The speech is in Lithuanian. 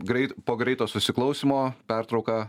greit po greito susiklausymo pertrauka